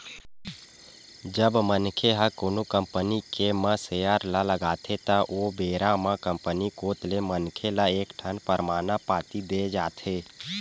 जब मनखे ह कोनो कंपनी के म सेयर ल लगाथे त ओ बेरा म कंपनी कोत ले मनखे ल एक ठन परमान पाती देय जाथे